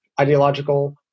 ideological